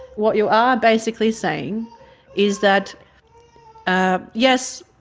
what you are basically saying is that ah yes,